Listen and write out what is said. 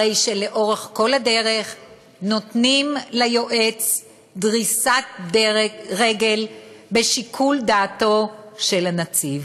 הרי לאורך כל הדרך נותנים ליועץ דריסת רגל בשיקול דעתו של הנציב.